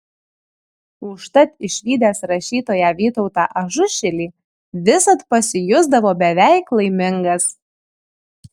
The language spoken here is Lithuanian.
užtat išvydęs rašytoją vytautą ažušilį visad pasijusdavo beveik laimingas